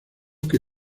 que